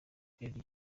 eliel